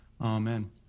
amen